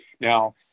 Now